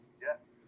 Yes